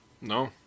No